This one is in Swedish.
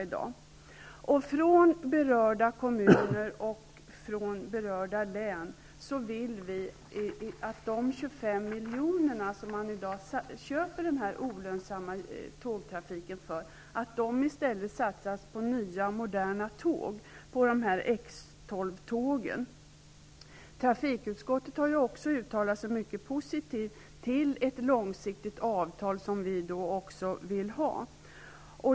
Vi som är från de berörda kommunerna och länen vill att de 25 milj.kr. som man i dag betalar för den olönsamma tågtrafiken i stället skall satsas på nya moderna tåg, på X 12-tågen. Också trafikutskottet har uttalat sig mycket positivt för ett långsiktigt avtal som också vi vill ha.